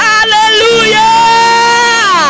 Hallelujah